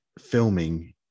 filming